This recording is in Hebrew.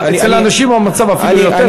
אצל הנשים המצב אפילו יותר,